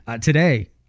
today